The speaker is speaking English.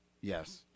Yes